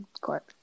court